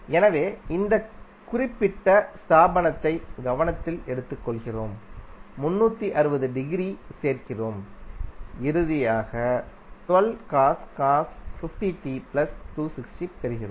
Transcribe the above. எனவே அந்த குறிப்பிட்ட ஸ்தாபனத்தை கவனத்தில் எடுத்துக்கொள்கிறோம் 360 டிகிரி சேர்க்கிறோம் இறுதியாக பெறுகிறோம்